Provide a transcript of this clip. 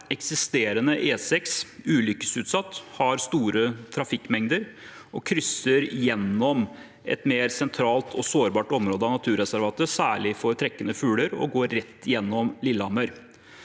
eksisterende E6 ulykkesutsatt, har store trafikkmengder og krysser et mer sentralt og sårbart område av naturreservatet, særlig for trekkende fugler, og går rett gjennom Lillehammer.